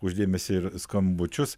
už dėmesį ir skambučius